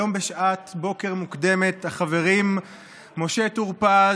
היום בשעת בוקר מוקדמת החברים משה טור פז,